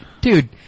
dude